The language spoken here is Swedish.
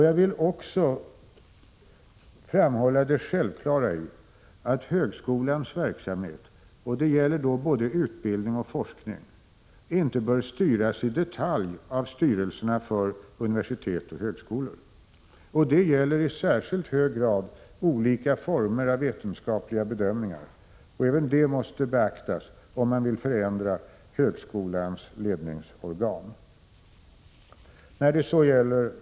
Jag vill också framhålla det självklara i att högskolans verksamhet — det gäller både utbildning och forskning —- inte bör styras i detalj av styrelserna för universitet och högskolor. Det gäller i särskilt hög grad olika former av vetenskapliga bedömningar. Även det måste beaktas, om man vill förändra högskolans ledningsorgan.